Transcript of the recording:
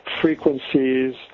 frequencies